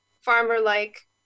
farmer-like